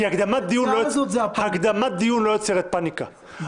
כי הקדמת דיון לא יוצרת פניקה -- בטח שכן.